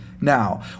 now